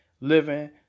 living